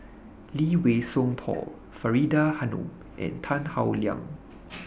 Lee Wei Song Paul Faridah Hanum and Tan Howe Liang